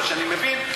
מפני שאני מבין,